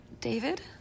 David